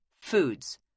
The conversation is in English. foods